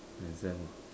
exam ah